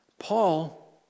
Paul